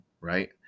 right